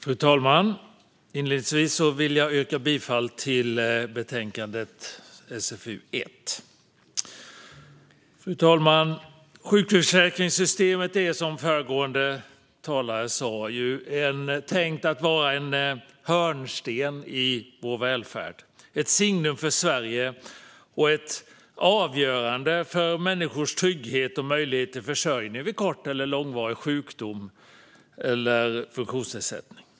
Fru talman! Inledningsvis vill jag yrka bifall till förslaget i betänkande SfU 1. Sjukförsäkringssystemet är, som föregående talare sa, tänkt att vara en hörnsten i vår välfärd och ett signum för Sverige. Det är avgörande för människors trygghet och möjlighet till försörjning vid kort eller långvarig sjukdom eller funktionsnedsättning.